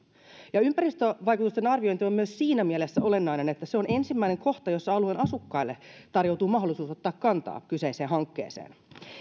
ympäristövaikutusten arviointi on myös siinä mielessä olennainen että se on ensimmäinen kohta jossa alueen asukkaille tarjoutuu mahdollisuus ottaa kantaa kyseiseen hankkeeseen